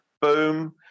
Boom